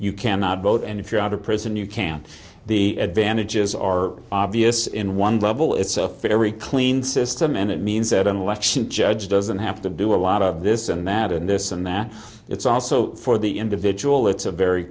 you cannot vote and if you're out of prison you can't the advantages are obvious in one level it's a very clean system and it means that an election judge doesn't have to do a lot of this and that and this and that it's also for the individual it's a very